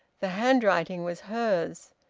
the handwriting was hers.